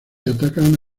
atacan